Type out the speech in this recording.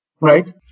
right